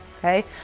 Okay